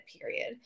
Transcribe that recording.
period